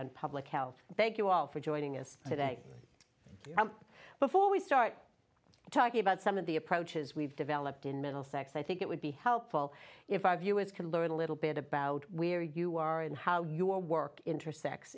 on public health thank you all for joining us today before we start talking about some of the approaches we've developed in middlesex i think it would be helpful if i've us can learn a little bit about where you are and how your work inter